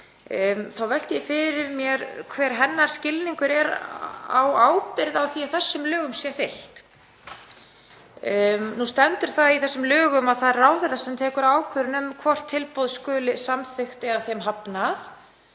þá velti ég fyrir mér hver hennar skilningur er á ábyrgð á því að þessum lögum sé fylgt. Nú stendur það í þessum lögum að það er ráðherra sem tekur ákvörðun um hvort tilboð skuli samþykkt eða þeim hafnað.